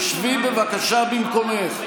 תשבי בבקשה במקומך.